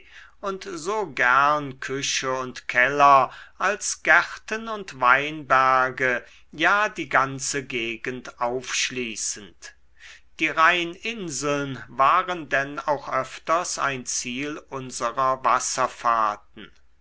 und so gern küche und keller als gärten und weinberge ja die ganze gegend aufschließend die rheininseln waren denn auch öfters ein ziel unserer wasserfahrten